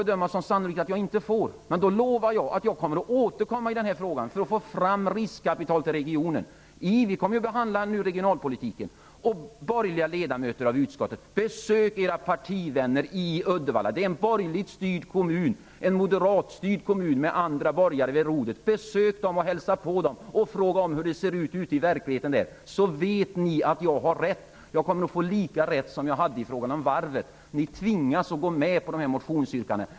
Då lovar jag att återkomma i denna fråga, så att vi får fram riskkapital till regionen; vi kommer ju nu att behandla regionalpolitiken. Borgerliga ledamöter av utskottet! Besök era partivänner i Uddevalla! Det är en borgerligt styrd kommun, en moderatstyrd kommun med andra borgare vid rodret. Besök dem och fråga hur verkligheten ser ut där! Då förstår ni att jag har rätt. Jag kommer att få lika rätt som jag hade i fråga om varvet. Ni kommer att tvingas att gå med på dessa motionsyrkanden.